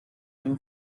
new